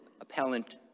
Appellant